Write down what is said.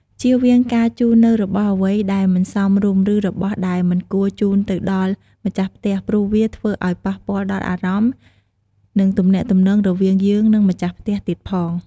ជៀសវៀងការជូននូវរបស់អ្វីដែលមិនសមរម្យឬរបស់ដែលមិនគួរជូនទៅដល់ម្ចាស់ផ្ទះព្រោះវាធ្វើឲ្យប៉ះពាល់ដល់អារម្មណ៏និងទំនាក់ទំនងរវាងយើងនិងម្ចាស់ផ្ទះទៀតផង។